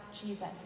Jesus